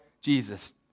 Jesus